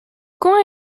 quand